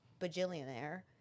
bajillionaire